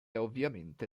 ovviamente